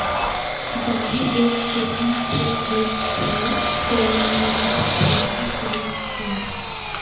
जाहि लोक के कम खेत होइत छै ओ निर्वाह खेती करैत छै